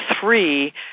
three